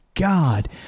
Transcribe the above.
God